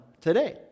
today